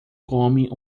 come